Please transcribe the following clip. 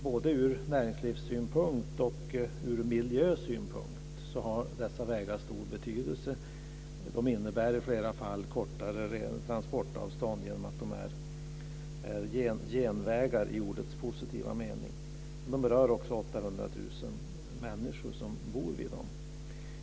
Både ur näringslivssynpunkt och ur miljösynpunkt har dessa vägar stor betydelse. De innebär i flera fall kortare transportavstånd genom att de är genvägar i ordets positiva mening. Det berör 800 000 människor som bor vid dem.